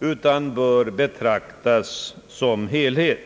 utan det bör betraktas som en helhet.